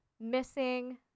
missing